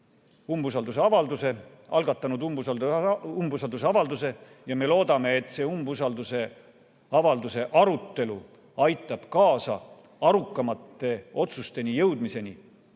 Riigikogu liiget algatanud umbusaldusavalduse. Me loodame, et see umbusaldusavalduse arutelu aitab kaasa arukamate otsusteni jõudmisele